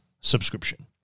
subscription